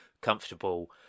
comfortable